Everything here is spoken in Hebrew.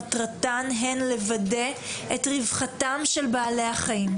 מטרתן היא לוודא את רווחתם של בעלי החיים.